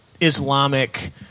Islamic